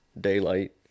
daylight